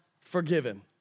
forgiven